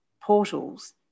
portals